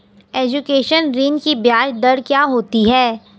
Education ऋृण की ब्याज दर क्या होती हैं?